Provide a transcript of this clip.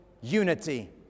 unity